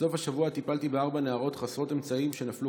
בסוף השבוע טיפלתי בארבע נערות חסרות אמצעים שנפלו